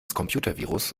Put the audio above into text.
computervirus